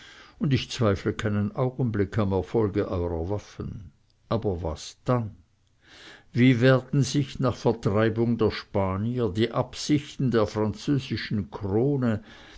und ich zweifle keinen augenblick am erfolge eurer waffen aber was dann wie werden sich nach vertreibung der spanier die absichten der französischen krone